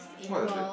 what is that